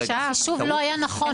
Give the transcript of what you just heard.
אבל החישוב לא היה נכון.